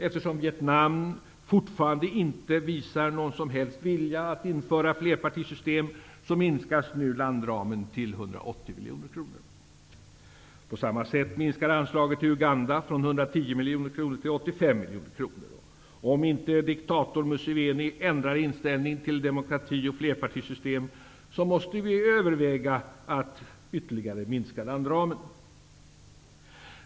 Eftersom Vietnam fortfarande inte visar någon som helst vilja att införa flerpartisystem minskas nu landramen till På samma sätt minskar anslaget till Uganda från 110 miljoner kronor till 85 miljoner kronor. Om inte diktatorn Museveni ändrar inställning till demokrati och flerpartisystem måste vi överväga att ytterligare minska landramen.